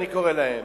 אני קורא להם,